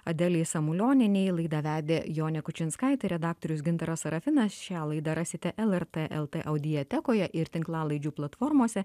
adelei samulionienei laidą vedė jonė kučinskaitė redaktorius gintaras serafinas šią laidą rasite lrt lt audiotekoje ir tinklalaidžių platformose